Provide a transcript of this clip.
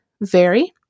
vary